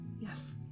Yes